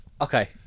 Okay